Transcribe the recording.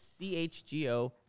CHGO